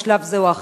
בשלב זה או אחר,